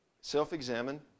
self-examine